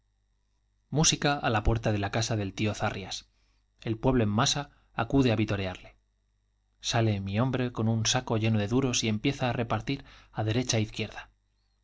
música á la puerta de la casa del tio zarrias el pueblo en masa acude á vitorearle sale mi hombre con un á derecha é saco lleno de duros y empieza á repartir qurda mil voces j